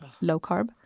low-carb